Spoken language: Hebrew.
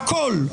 הכול,